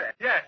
Yes